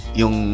yung